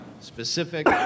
specific